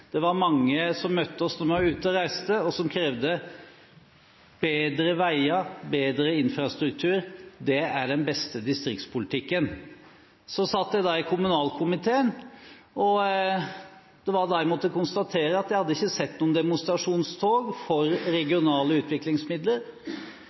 Det var mange som møtte oss når vi var ute og reiste, og som krevde bedre veier, bedre infrastruktur. Det er den beste distriktspolitikken. Så satt jeg i kommunalkomiteen. Det var da jeg måtte konstatere at jeg ikke hadde sett noen demonstrasjonstog for